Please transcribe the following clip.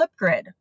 Flipgrid